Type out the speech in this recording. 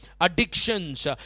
addictions